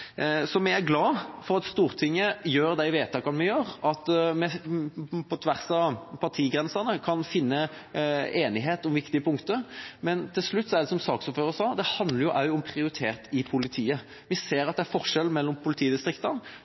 er glad for at Stortinget gjør disse vedtakene, og at vi på tvers av partigrensene kan finne enighet om viktige punkter. Men som saksordføreren sa: Det handler også om prioritet i politiet. Vi ser at det er forskjell mellom politidistriktene.